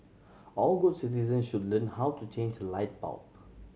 all good citizen should learn how to change light bulb